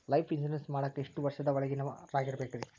Life insurance ಮಾಡಾಕ ಎಷ್ಟು ವರ್ಷದ ಒಳಗಿನವರಾಗಿರಬೇಕ್ರಿ?